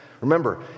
Remember